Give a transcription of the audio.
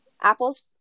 apples